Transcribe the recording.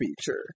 feature